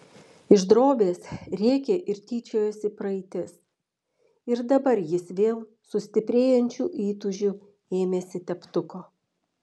iš drobės rėkė ir tyčiojosi praeitis ir dabar jis vėl su stiprėjančiu įtūžiu ėmėsi teptuko